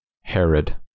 Herod